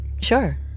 Sure